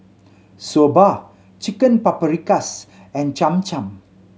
Soba Chicken Paprikas and Cham Cham